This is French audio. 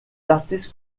artistes